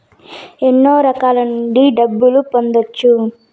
ఎన్నో రకాల నుండి డబ్బులు పొందొచ్చు